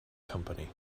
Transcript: company